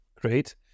Great